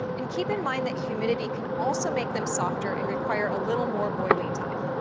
and keep in mind that humidity can also make them softer, and require a little more boiling time.